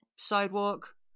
sidewalk